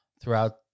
throughout